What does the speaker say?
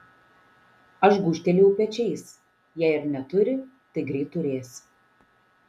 aš gūžtelėjau pečiais jei ir neturi tai greit turės